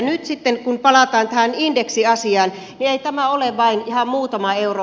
nyt sitten kun palataan tähän indeksiasiaan ei tämä ole vain ihan muutama euro